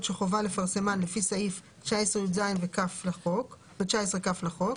שחובה לפרסמן לפי סעיף 19יז ו-19כ לחוק,